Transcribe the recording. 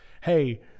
hey